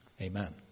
Amen